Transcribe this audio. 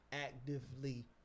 actively